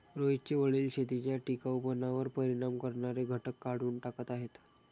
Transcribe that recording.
रोहितचे वडील शेतीच्या टिकाऊपणावर परिणाम करणारे घटक काढून टाकत आहेत